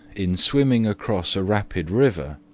in swimming across a rapid river,